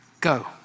Go